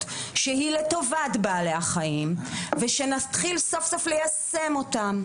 לטובת בעלי החיים ושנתחיל סוף-סוף ליישם אותן.